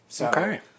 Okay